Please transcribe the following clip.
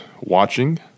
watching